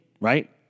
right